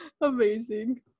Amazing